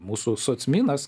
mūsų socminas